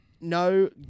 No